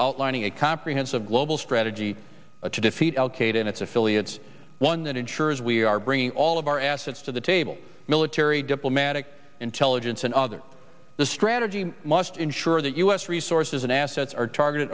outlining a comprehensive global strategy to defeat al qaeda and its affiliates one that ensures we are bringing all of our assets to the table military diplomatic intelligence and other the strategy must ensure that u s resources and assets are targeted